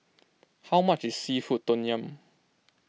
how much is Seafood Tom Yum